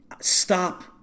Stop